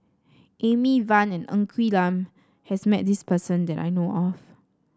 Amy Van and Ng Quee Lam has met this person that I know of